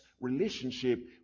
relationship